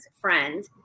friend